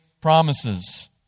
promises